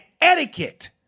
etiquette